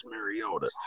Mariota